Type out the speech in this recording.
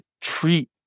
treat